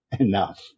enough